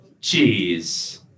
cheese